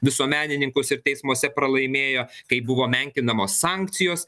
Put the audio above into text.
visuomenininkus ir teismuose pralaimėjo kaip buvo menkinamos sankcijos